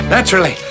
Naturally